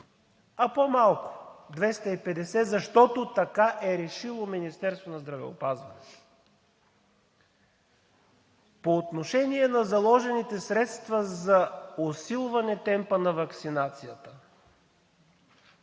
а по малко – 250 лв., защото така е решило Министерството на здравеопазването. По отношение на заложените средства за усилване темпа на ваксинацията